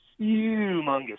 humongous